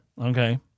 Okay